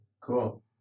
Cool